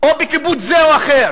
או בקיבוץ זה או אחר?